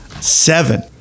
seven